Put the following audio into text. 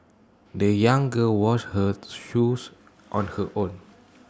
the young girl washed her shoes on her own